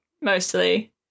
mostly